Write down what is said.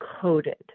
coated